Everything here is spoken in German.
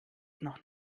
noch